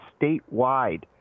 statewide